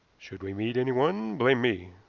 should we meet anyone, blame me.